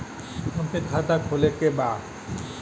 हमके खाता खोले के बा?